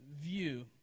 view